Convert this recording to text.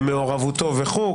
מעורבותו וכו'.